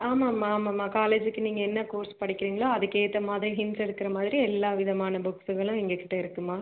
ஆமாம்மா ஆமாம்மா காலேஜுக்கு நீங்கள் என்ன கோர்ஸ் படிக்கிறிங்களோ அதுக்கேற்ற மாதிரி ஹிண்ட்ஸ் எடுக்கிற மாதிரி எல்லா விதமான புக்ஸ்ஸுகளும் எங்கள் கிட்டே இருக்குமா